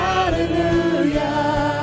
Hallelujah